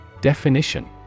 Definition